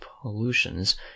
pollutions